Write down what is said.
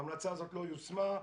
ההמלצה הזאת לא יושמה.